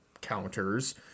counters